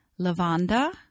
lavanda